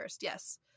yes